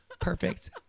Perfect